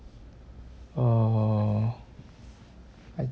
uh I